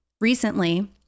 recently